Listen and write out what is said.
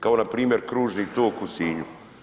Kao npr. kružni tok u Sinju.